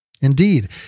Indeed